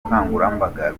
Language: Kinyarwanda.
ubukangurambaga